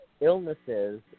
illnesses